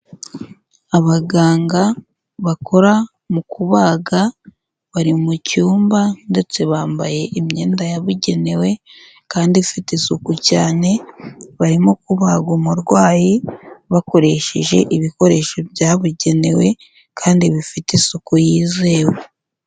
Abaganga bakora mu kubaga bari mu cyumba ndetse bambaye imyenda yabugenewe kandi ifite isuku cyane, barimo kubaga umurwayi bakoresheje ibikoresho byabugenewe kandi bifite isuku yizewe.